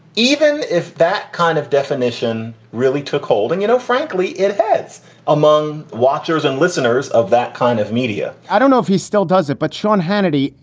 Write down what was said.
even if that kind of definition really took hold and, you know, frankly, it heads among watchers and listeners of that kind of media, i don't know if he still does it, but sean hannity,